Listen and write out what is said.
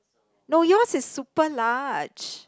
no your is super large